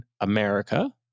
America